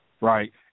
right